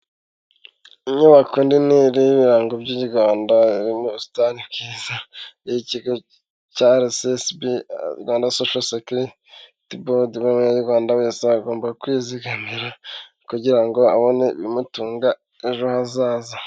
Inyubako nini iriho ibirango by'u Rwanda, iriho ubusitani bwiza, iriho Ara Esi Esi Bi, ikigo cya Rwanda Sosho Sekiriti Bodi, buri munyarwanda wese agomba kwizigamira, kugira ngo abone ibimutunga ejo hazaza.